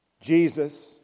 Jesus